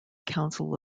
council